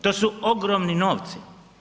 To su ogromni novci.